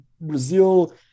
brazil